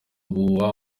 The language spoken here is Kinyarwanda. ubuhuha